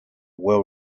will